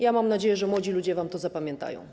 Ja mam nadzieję, że młodzi ludzie wam to zapamiętają.